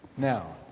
now,